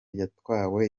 yatwawe